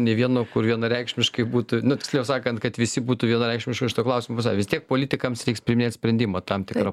nė vieno kur vienareikšmiškai būtų nu tiksliau sakant kad visi būtų vienareikšmiškai šituo klausimu vis tiek politikams reiks priiminėt sprendimą tam tikra